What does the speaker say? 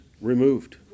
removed